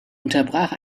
unterbrach